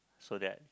so that